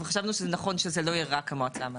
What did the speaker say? וחשבנו שזה נכון שזה לא יהיה רק המועצה המאסדרת.